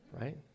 Right